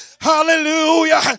hallelujah